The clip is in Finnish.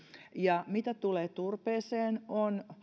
ja mitä tulee turpeeseen niin